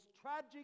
tragic